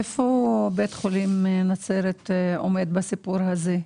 איפה בית חולים נצרת עומד בסיפור הזה?